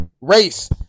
Race